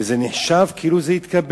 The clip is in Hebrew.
וזה נחשב כאילו זה התקבל.